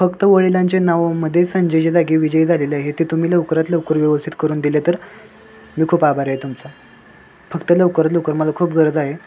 फक्त वडिलांच्या नावामध्ये संजयच्या जागी विजय झालेलं आहे ते तुम्ही लवकरात लवकर व्यवस्थित करून दिले तर मी खूप आभारी आहे तुमचा फक्त लवकरात लवकर मला खूप गरज आहे